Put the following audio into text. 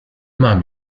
mam